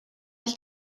ich